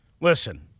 listen